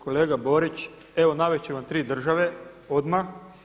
Kolega Borić, evo navest ću vam tri država odmah.